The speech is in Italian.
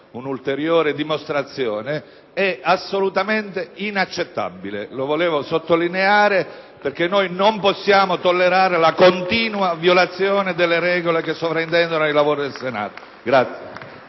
un’ulteriore dimostrazione – e assolutamente inaccettabile. Ho inteso sottolinearlo, perche´ non possiamo tollerare la continua violazione delle regole che sovrintendono ai lavori del Senato.